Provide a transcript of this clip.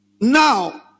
now